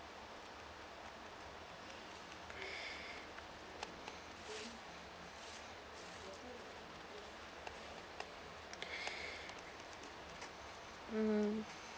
mm